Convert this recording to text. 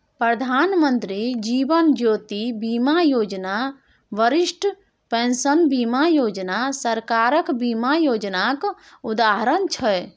प्रधानमंत्री जीबन ज्योती बीमा योजना, बरिष्ठ पेंशन बीमा योजना सरकारक बीमा योजनाक उदाहरण छै